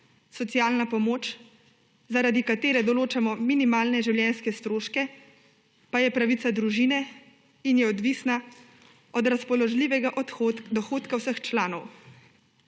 socialna pomoč, zaradi katere določamo minimalne življenjske stroške, pa je pravica družine in je odvisna od razpoložljivega dohodka vseh članov.